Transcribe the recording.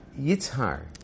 Yitzhar